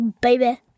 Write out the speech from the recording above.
baby